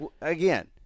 Again